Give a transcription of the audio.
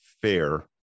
fair